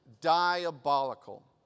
diabolical